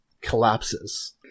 collapses